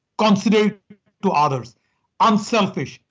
considerate to others unselfish,